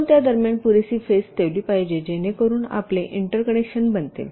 आपण त्या दरम्यान पुरेशी स्पेस ठेवली पाहिजे जेणेकरून आपले इंटरकनेक्शन बनतील